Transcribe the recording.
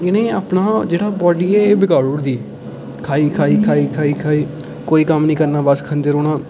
इ'नें अपनी जेह्ड़ी बाड्डी ऐ एह् बगाड़ी ओड़ी दी खाई खाई खाई खाई खाई कोई कम्म निं करना बस खंदे रौह्ना